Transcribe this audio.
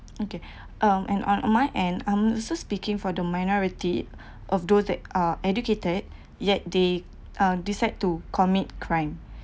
okay um and on on mine and um so speaking for the minority of those that are educated yet they uh decide to commit crimes